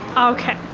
um okay,